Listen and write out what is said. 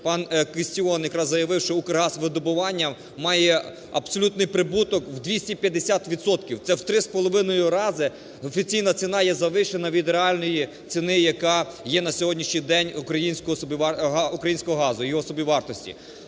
пан Кістіон якраз заявив, що "Укргазвидобування" має абсолютний прибуток в 250 відсотків. Це в три з половиною рази офіційна ціна є завищена від реальної ціни, яка є на сьогоднішній день українського газу, його собівартості.